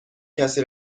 کسی